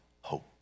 hope